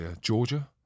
Georgia